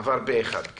עבר פה-אחד.